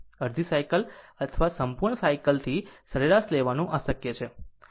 અડધી સાયકલ અથવા સંપૂર્ણ સાયકલ થી સરેરાશ લેવાનું અશકય છે